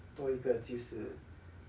多一个就是